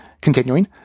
continuing